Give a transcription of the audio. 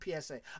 PSA